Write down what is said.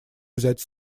взять